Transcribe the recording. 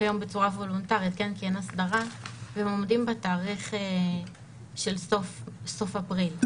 כיום בצורה וולנטרית כי אין הסדרה והם עומדים בתאריך של סוף אפריל.